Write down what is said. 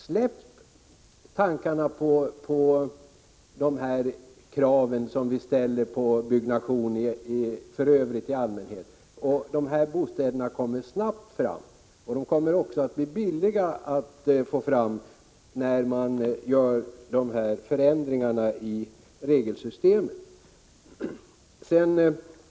Släpp tankarna på de krav vi ställer på byggnation i allmänhet, och de här bostäderna kommer snabbt fram. De kommer också att bli billiga att få fram när man gör de föreslagna förändringarna i regelsystemet.